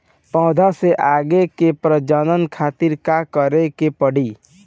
पौधा से आगे के प्रजनन खातिर का करे के पड़ी?